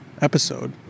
episode